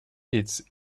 its